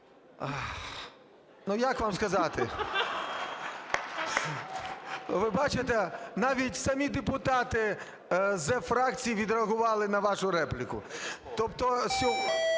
Ну, як вам сказати. Ви бачите, навіть самі депутати, з Зе-фракції відреагували на вашу репліку. Тобто